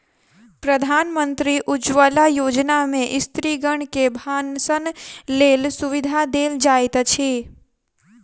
प्रधानमंत्री उज्ज्वला योजना में स्त्रीगण के भानसक लेल सुविधा देल जाइत अछि